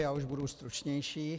Já už budu stručnější.